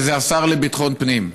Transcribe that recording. וזה השר לביטחון פנים.